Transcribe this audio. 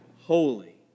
holy